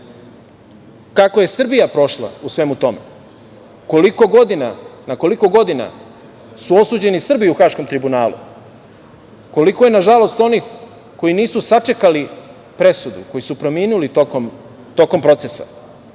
kako je Srbija prošla u svemu tome. Na koliko godina su osuđeni Srbi u Haškom tribunalu? Koliko je, nažalost, onih koji nisu sačekali presudu, koji su preminuli tokom procesa?